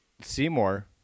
Seymour